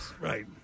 Right